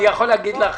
אני יכול להגיד לך